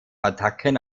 attacken